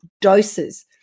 doses